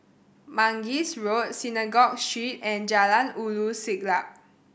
Mangis Road Synagogue Street and Jalan Ulu Siglap